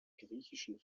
griechischen